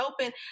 open